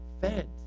fed